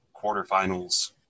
quarterfinals